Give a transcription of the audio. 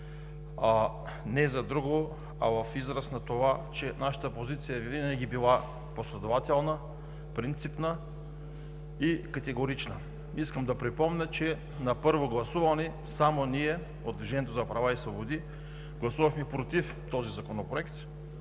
не за друго, а в израз на това, че нашата позиция винаги е била последователна, принципна и категорична. Искам да припомня, че на първо гласуване само ние от „Движението за права и свободи“ гласувахме „против“ този законопроект,